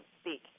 speak